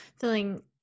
feeling